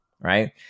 right